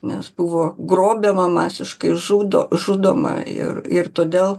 nes buvo grobiama masiškai žudo žudoma ir ir todėl